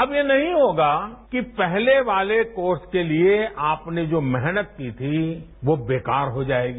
अब ये नहीं होगा कि पहले वार्ल कोर्स के लिए आपने जो मेहनत की थी वो बेकार हो जायेगी